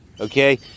Okay